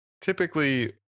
Typically